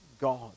God